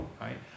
right